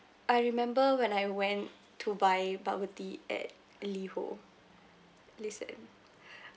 I remember when I went to buy bubble tea at LiHO listen